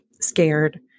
scared